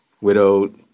widowed